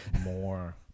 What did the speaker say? more